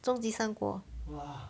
终极三国